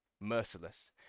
Merciless